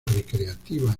recreativa